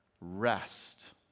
rest